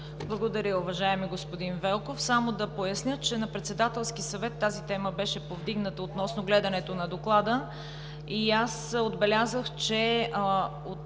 Благодаря, уважаеми господин Велков. Само да поясня, че на Председателски съвет тази тема беше повдигната относно гледането на Доклада и отбелязах, че от